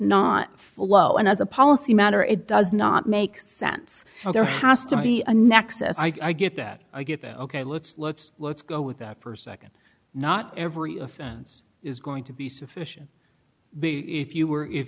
not follow and as a policy matter it does not make sense there has to be a nexus i get that i get the ok let's let's let's go with that per second not every offense is going to be sufficient if you were if